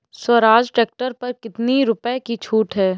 Swaraj tractor पर कितनी रुपये की छूट है?